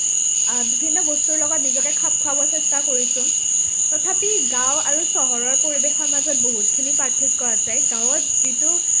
বিভিন্ন বস্তুৰ লগত নিজকে খাপ খুৱাব চেষ্টা কৰিছোঁ তথাপি গাঁও আৰু চহৰৰ পৰিৱেশৰ মাজত বহুতখিনি পাৰ্থক্য আছে গাঁৱত যিটো